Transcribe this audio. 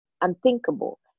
unthinkable